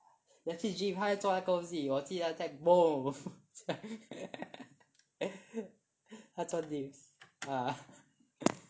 ya 他去 gym 他在做那个东西我记得他在 !whoa! 他做 dips